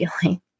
feeling